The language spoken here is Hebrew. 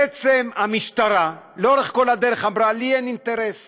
בעצם המשטרה לאורך כל הדרך אמרה: לי אין אינטרס.